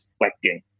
reflecting